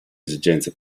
esigenze